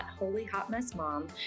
holyhotmessmom